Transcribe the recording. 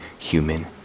human